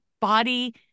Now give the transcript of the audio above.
body